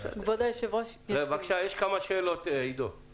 כמה שאלות מצד חברי הכנסת.